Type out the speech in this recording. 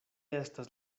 estas